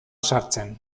sartzen